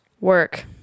Work